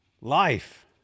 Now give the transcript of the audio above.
life